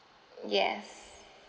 yes